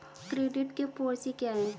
Credit के four C क्या हैं?